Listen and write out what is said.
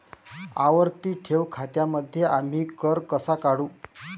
आवर्ती ठेव खात्यांमध्ये आम्ही कर कसा काढू?